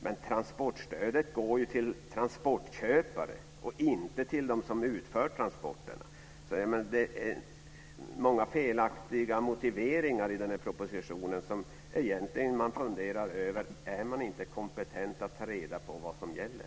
Men transportstödet går ju till transportköpare och inte till dem som utför transporterna. Det finns många felaktiga motiveringar i propositionen som gör att jag undrar om man inte är kompetent att ta reda på vad som gäller.